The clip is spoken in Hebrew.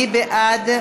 מי בעד?